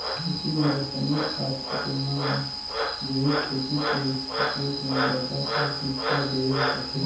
खेती म रसायनिक खाद के तुलना म जैविक खेती के उपयोग ल ज्यादा प्राथमिकता देहे जाथे